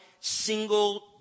single